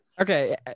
Okay